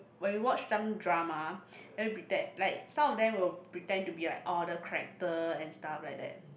when you watch them drama then you prepared like some of them will pretend to be like order character and stuff like that